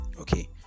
Okay